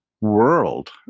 world